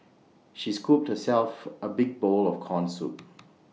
she scooped herself A big bowl of Corn Soup